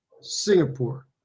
Singapore